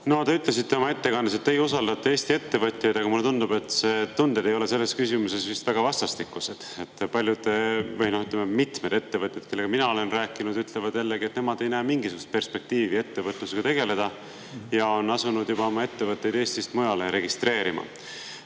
Nagu te ütlesite oma ettekandes, teie usaldate Eesti ettevõtjaid, aga mulle tundub, et tunded ei ole selles küsimuses väga vastastikused. Paljud või õigemini mitmed ettevõtjad, kellega mina olen rääkinud, ütlevad, et nemad ei näe mingisugust perspektiivi ettevõtlusega tegeleda ja on asunud juba oma ettevõtteid Eestist mujale registreerima.